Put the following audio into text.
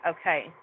Okay